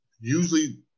usually